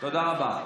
תודה רבה.